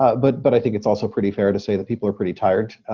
but but i think it's also pretty fair to say that people are pretty tired.